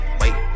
wait